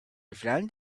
found